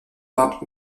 fin